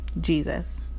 jesus